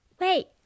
wait